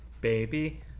baby